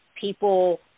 people